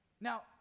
now